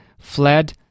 fled